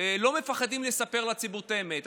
לא מפחדים לספר לציבור את האמת,